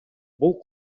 бул